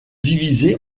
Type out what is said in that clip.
divisés